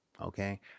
okay